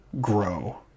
grow